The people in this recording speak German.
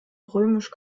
römisch